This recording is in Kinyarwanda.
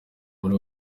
muri